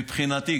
מבחינתי,